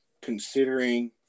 considering